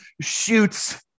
shoots